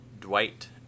Dwight